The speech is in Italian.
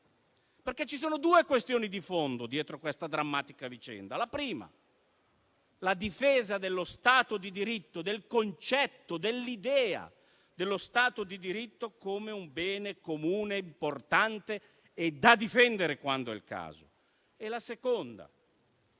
perché ci sono due questioni di fondo dietro questa drammatica vicenda. La prima è la difesa dello Stato di diritto, del concetto di Stato di diritto come un bene comune importante e da difendere quando è il caso. La seconda